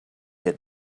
had